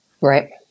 right